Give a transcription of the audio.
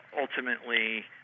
ultimately